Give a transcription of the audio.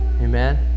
Amen